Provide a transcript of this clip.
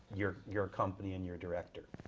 your your company and your director?